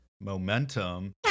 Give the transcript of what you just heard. momentum